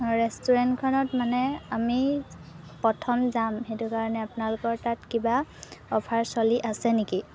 ৰেষ্টুৰেণ্টখনত মানে আমি প্ৰথম যাম সেইটো কাৰণে আপোনালোকৰ তাত কিবা অফাৰ চলি আছে নেকি